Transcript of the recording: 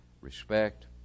respect